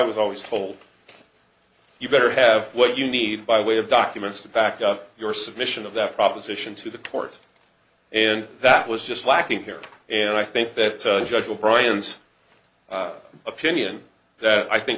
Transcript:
was always told you better have what you need by way of documents to back up your submission of that proposition to the court and that was just lacking here and i think that judge will prions opinion that i think